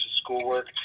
schoolwork